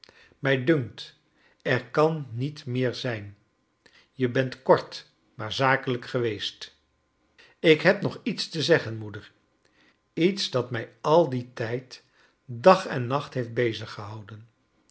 mij dunkt er kan niet meer zijn je bent kort maar zakelijk geweest i ik heb nog iets te zeggen moeder iets dat mij al dien tijd dag en nacht heeft